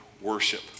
worship